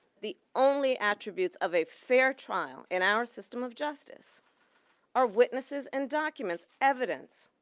the only attributes of a fair trial in our system of justice are witnesses and documents, evidence.